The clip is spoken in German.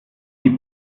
die